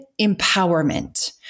empowerment